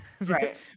right